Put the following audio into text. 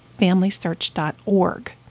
FamilySearch.org